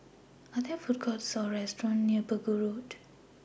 Are There Food Courts Or restaurants near Pegu Road